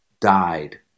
died